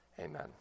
Amen